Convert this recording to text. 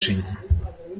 schenken